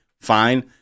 Fine